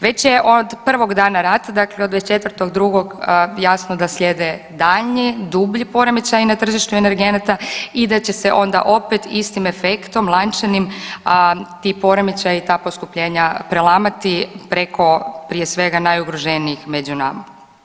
Već je od prvog dana rata dakle od 24.2. jasno da slijede daljnji dublji poremećaji na tržištu energenata i da će se onda opet istim efektom lančanim ti poremećaji i ta poskupljenja prelamati preko prije svega najugroženijih među nama.